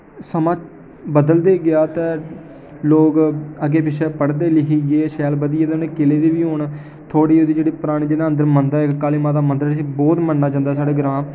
समां बदली गेआ ते लोक अग्गै पिच्छै पढ़ी लिखी गे ते शैल बधियै किले दी बी हून थोह्ड़ी उ'दी जेह्ड़ी परानी जनेही अंदर मंदर ऐ काली माता दा मंदर ऐ उसी बहुत मन्नेआ जंदा ऐ साढ़े ग्रांऽ